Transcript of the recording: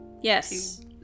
yes